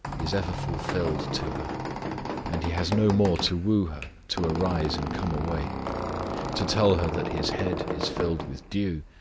is ever fulfilled to her and he has no more to woo her to arise and come away to tell her that his head is filled with dew,